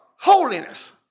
holiness